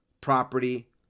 property